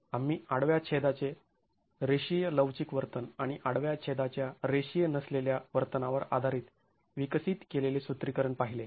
आम्ही आडव्या छेदाचे रेषीय लवचिक वर्तन आणि आडव्या छेदाच्या रेषीय नसलेल्या वर्तनावर आधारित विकसित केलेले सूत्रीकरण पाहिले